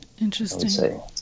Interesting